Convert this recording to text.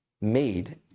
made